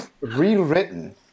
rewritten